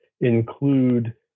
include